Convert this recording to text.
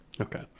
Okay